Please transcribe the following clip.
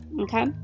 Okay